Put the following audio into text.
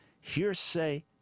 hearsay